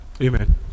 Amen